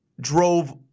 drove